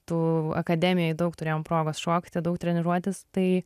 tų akademijoj daug turėjom progos šokti treniruotis tai